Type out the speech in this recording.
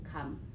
come